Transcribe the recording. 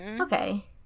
Okay